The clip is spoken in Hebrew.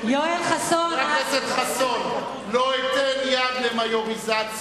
יואל חסון, חבר הכנסת חסון, לא אתן יד למיוריזציה